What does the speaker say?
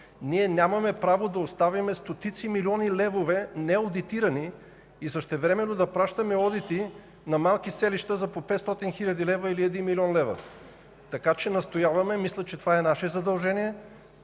Ние нямаме право да оставим стотици милиони левове неодитирани и същевременно да пращаме одити на малки селища за по 500 хиляди или 1 млн. лв. Настояваме – мисля, че това е наше задължение